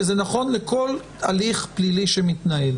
כי זה נכון לכל הליך פלילי שמתנהל.